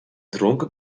dronken